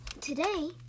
today